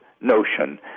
notion